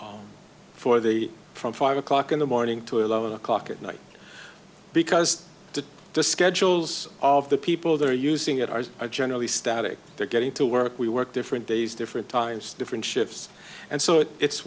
week for the from five o'clock in the morning to eleven o'clock at night because the schedules of the people that are using it are generally static they're getting to work we work different days different times different shifts and so it's